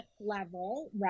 level